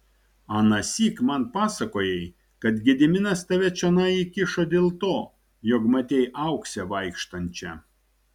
anąsyk man pasakojai kad gediminas tave čionai įkišo dėl to jog matei auksę vaikštančią